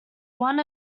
one